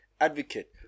advocate